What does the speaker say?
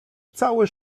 cały